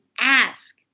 ask